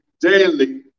daily